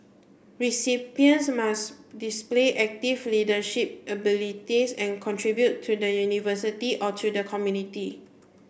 recipients must display active leadership abilities and contribute to the University or to the community